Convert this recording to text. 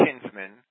kinsman